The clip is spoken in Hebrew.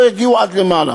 לא יגיעו עד למעלה,